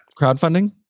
crowdfunding